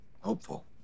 hopeful